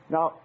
Now